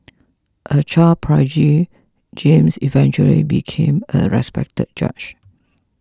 a child prodigy James eventually became a respected judge